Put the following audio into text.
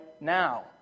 now